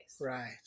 Right